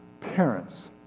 parents